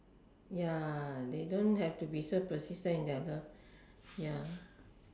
ya they don't they have to be so persistent in their love ya